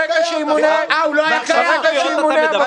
ברגע שימונה המפכ"ל.